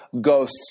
ghosts